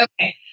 Okay